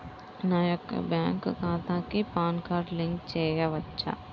నా యొక్క బ్యాంక్ ఖాతాకి పాన్ కార్డ్ లింక్ చేయవచ్చా?